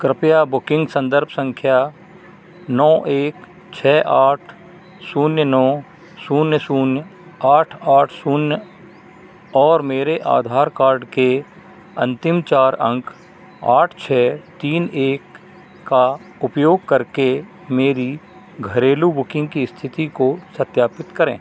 कृपया बुकिंग संदर्भ संख्या नौ एक छः आठ शून्य नौ शून्य शून्य आठ आठ शून्य और मेरे आधार कार्ड के अंतिम चार अंक आठ छः तीन एक का उपयोग करके मेरी घरेलू बुकिंग की स्थिति को सत्यापित करें